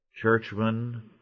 churchmen